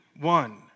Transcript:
One